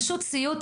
זה פשוט סיוט.